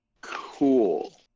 Cool